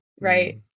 right